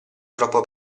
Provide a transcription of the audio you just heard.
troppo